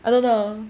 I don't know